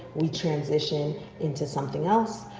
we transition into something else.